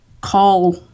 call